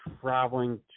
traveling